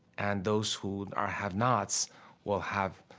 and those who are have-nots will have